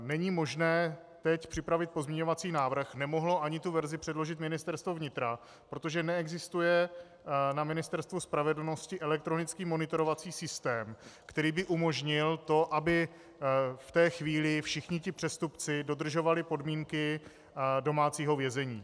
Není možné teď připravit pozměňovací návrh, nemohlo ani tu verzi předložit Ministerstvo vnitra, protože neexistuje na Ministerstvu spravedlnosti elektronický monitorovací systém, který by umožnil to, aby v té chvíli všichni přestupci dodržovali podmínky domácího vězení.